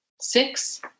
Six